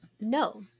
No